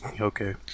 Okay